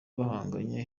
bahanganye